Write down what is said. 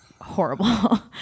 horrible